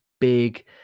big